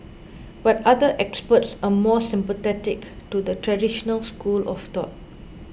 but other experts are more sympathetic to the traditional school of thought